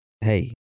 Hey